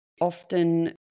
often